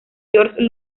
george